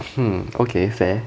hmm okay fair